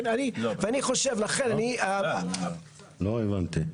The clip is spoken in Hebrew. לא הבנתי.